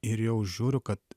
ir jau žiūriu kad